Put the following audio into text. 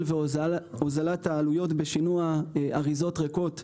והוזלת העלויות בשינוע אריזות ריקות למפעל,